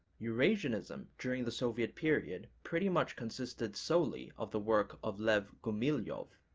eurasianism during the soviet period pretty much consisted solely of the work of lev gumilev,